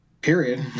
period